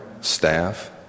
staff